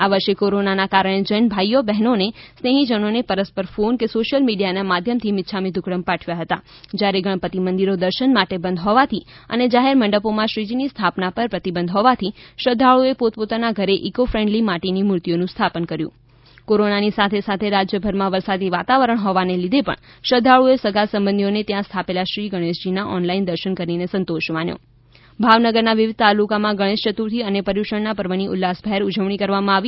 આ વર્ષે કોરોનાના કારણે જૈન ભાઈઓ બહેનોએ સ્નેફીજનોને પરસ્પર ફોન કે સોશ્યલ મીડિયાના માધ્યમથી મિચ્છામી દુક્કડમ પાઠવ્યા હતા જ્યારે ગણપતિ મંદિરો દર્શન માટે બંધ હોવાથી અને જાહેર મંડપોમાં શ્રીજીની સ્થાપના પર પ્રતિબંધ હોવાથી શ્રદ્વાળુઓએ પોતપોતાના ઘરે ઈક્રો ફ્રેન્ડલી માટીની મૂર્તિઓનું સ્થાપન કરવું પડવું હતું કોરોનાની સાથેસાથે રાજ્યભરમાં વરસાદી વાતાવરણ હોવાના લીધે પણ શ્રધ્ધાળુઓએ સગાસંબંધીઓને ત્યાં સ્થાપેલા શ્રી ગણેજીના ઓનલાઈન દર્શન કરીને સંતોષ માન્યો હતો ભાવનગરના વિવિધ તાલુકામાં ગણેશ યતુર્થી અને પર્યુષણના પર્વની ઉલ્લાસભેર ઉજવણી કરવામાં આવી